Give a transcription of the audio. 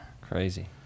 Crazy